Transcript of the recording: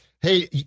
Hey